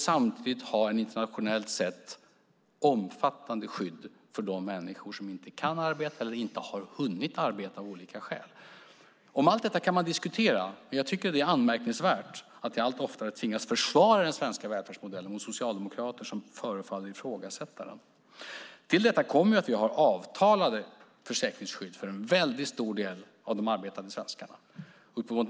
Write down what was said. Samtidigt har vi å andra sidan internationellt sett ett omfattande skydd för de människor som inte kan arbeta eller inte har hunnit arbeta av olika skäl. Om allt detta kan man diskutera, men jag tycker att det är anmärkningsvärt att vi allt oftare tvingas försvara den svenska välfärdsmodellen mot socialdemokrater som förefaller ifrågasätta den. Till detta kommer att vi har avtalade försäkringsskydd för en stor del av de arbetande svenskarna.